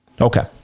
Okay